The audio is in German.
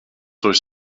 durch